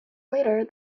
later